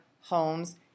homes